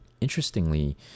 Interestingly